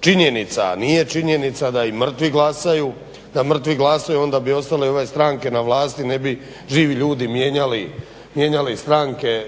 činjenica. Nije činjenica da i mrtvi glasuju, onda bi ostale i ove stranke na vlasti ne bi živi ljudi mijenjali